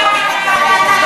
חברת הכנסת אלהרר,